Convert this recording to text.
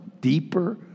deeper